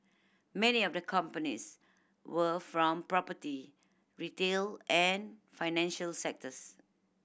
many of the companies were from property retail and financial sectors